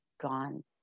gone